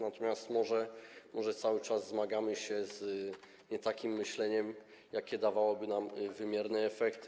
Natomiast może cały czas zmagamy się z nie takim myśleniem, jakie dawałoby nam wymierne efekty.